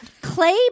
Clay